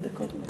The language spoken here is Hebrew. שמונה דקות.